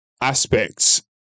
aspects